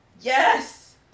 Yes